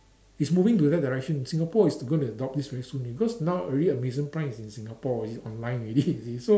it's moving to that direction Singapore is going to adopt this very soon already because now already Amazon prime is in Singapore it's online already you see so